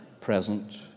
present